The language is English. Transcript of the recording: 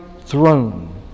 throne